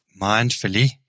mindfully